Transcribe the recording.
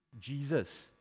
jesus